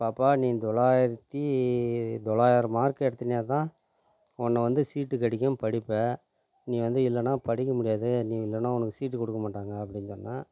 பாப்பா நீ தொள்ளாயிரத்தி தொள்ளாயிரம் மார்க் எடுத்தினியாதான் உன்ன வந்து சீட்டு கிடைக்கும் படிப்ப நீ வந்து இல்லன்னா படிக்க முடியாது நீ இல்லைன்னா உனக்கு சீட்டு கொடுக்க மாட்டாங்க அப்படின்னு சொன்னேன்